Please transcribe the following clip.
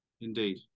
indeed